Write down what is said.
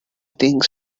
think